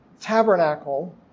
tabernacle